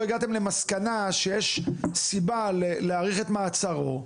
הגעתם למסקנה שיש סיבה להאריך את מעצרו,